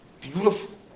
Beautiful